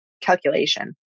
calculation